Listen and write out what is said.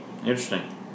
Interesting